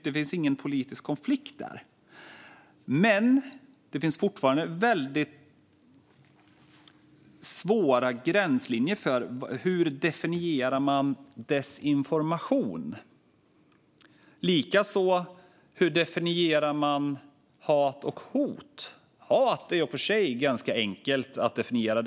Det finns ingen konflikt där, men det finns fortfarande väldigt svåra gränslinjer för hur man definierar desinformation och likaså hur man definierar hat och hot. Hot är i och för sig ganska enkelt att definiera.